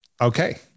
Okay